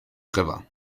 river